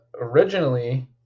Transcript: originally